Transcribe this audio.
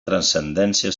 transcendència